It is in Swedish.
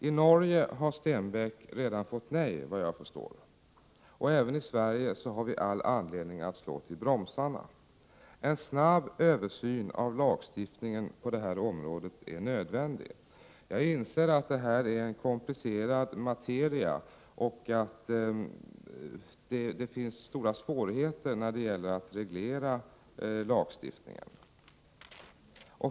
I Norge har Stenbeck vad jag förstår redan fått nej. Även i Sverige har vi all anledning att slå till bromsarna. En snabb översyn av lagstiftningen på det här området är nödvändig. Jag inser att det här är en komplicerad materia och att det finns stora svårigheter när det gäller att reglera lagstiftningen.